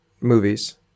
movies